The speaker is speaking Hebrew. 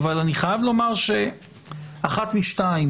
אחת משתיים